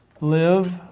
live